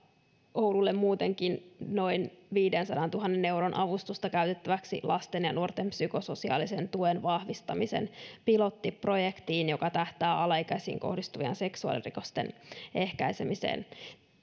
oululle muutenkin noin viidensadantuhannen euron avustusta käytettäväksi lasten ja nuorten psykososiaalisen tuen vahvistamisen pilottiprojektiin joka tähtää alaikäisiin kohdistuvien seksuaalirikosten ehkäisemiseen